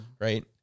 Right